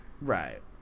Right